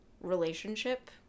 relationship